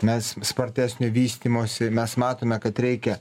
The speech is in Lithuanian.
mes vis spartesnio vystymosi mes matome kad reikia